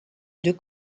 deux